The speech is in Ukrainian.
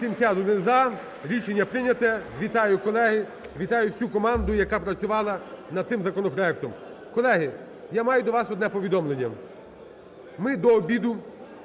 За-271 Рішення прийняте. Вітаю, колеги. Вітаю всю команду, яка працювала над цим законопроектом. Колеги, я маю до вас одне повідомлення. Ми до обіду